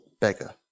beggar